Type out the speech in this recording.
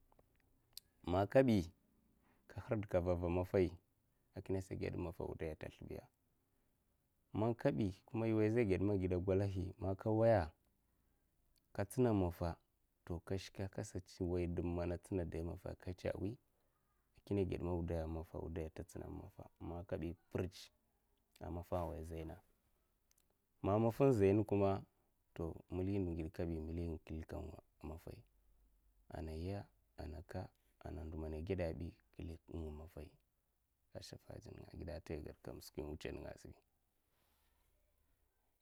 Man kabi ka hrdèkava ava mafai akinè sa ged muh maff wudaya aat zlèbi ya, man kabi kuma an'woya za gedma agide golahi, man nka n'woya ka tsina maffa to nka shke nka sa nwoya dum maffa man a tsina dayi maffa a ka chè wi akinna ged'ma wudaya mu maffa a n'wudaya a nta tsina muh maffa man n'ka bi pirchè a maffa awai zaina, man maffa n'zaina kuma to muli ndu ngide kabi muli nga killi'nga 'nga maffa ana nya, ana nka ana ndo mana 'gide bi kilik nga ngu maffahi ashafa ndzun nga, agide nta ayè gwod kam skwi wuchè nènga azbi.